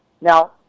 Now